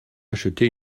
acheter